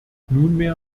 nunmehr